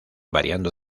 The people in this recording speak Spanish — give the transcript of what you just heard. variando